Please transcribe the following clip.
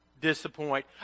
disappoint